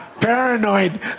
paranoid